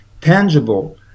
tangible